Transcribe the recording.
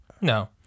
No